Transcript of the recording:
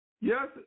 Yes